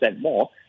more